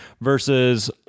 versus